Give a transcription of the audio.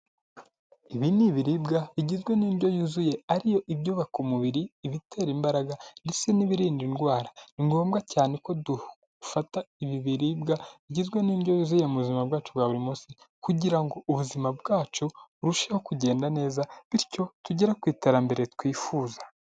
Ibi ni ibibiribwa igizwe n'indyo yuzuye, ari ibyubaka umubiri, ibitera imbaraga ndetse n'ibiririnda indwara, ni ngombwa cyane ko dufata ibi biribwa bigizwe n'indyo yuzuye mu buzima bwacu bwa buri munsi, kugira ngo ubuzima bwacu burusheho kugenda neza, bityo tugere ku iterambere twifuza.